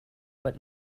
but